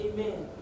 Amen